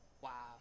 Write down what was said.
Wow